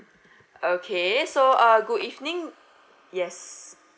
okay so uh good evening yes